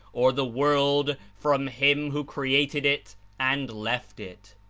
or the world from him who created it and left it.